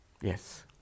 Yes